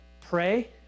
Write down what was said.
pray